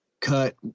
cut